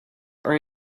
are